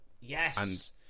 yes